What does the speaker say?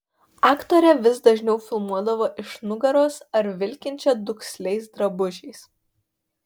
aktorę vis dažniau filmuodavo iš nugaros ar vilkinčią duksliais drabužiais